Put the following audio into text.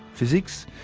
physics,